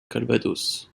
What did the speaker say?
calvados